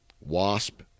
wasp